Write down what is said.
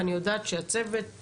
ואני יודעת שהצוות,